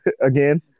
again